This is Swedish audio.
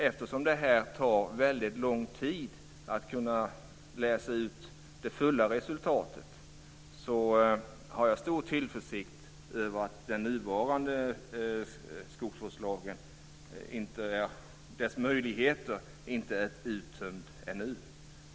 Eftersom det tar väldigt lång tid att läsa ut det totala resultatet, har jag stor tillförsikt när det gäller att den nuvarande skogsvårdslagens möjligheter inte är uttömda ännu.